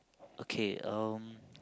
okay um